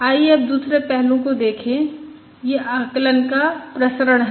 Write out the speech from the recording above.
आइए अब दूसरे पहलू को देखें यह आकलन का प्रसरण है